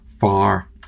far